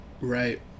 Right